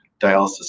dialysis